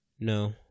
No